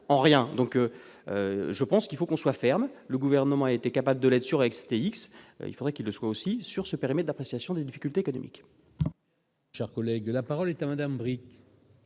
en rien, donc je pense qu'il faut qu'on soit ferme, le gouvernement a été capable de l'aide surexcités X, il faudrait qu'il le soit aussi sur ce périmètre d'appréciation des difficultés économiques.